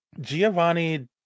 Giovanni